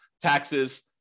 taxes